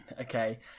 okay